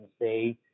say